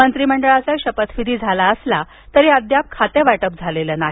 मंत्रिमंडळाचा शपथविधी झाला असला तरी अद्याप खातेवाटप झालेलं नाही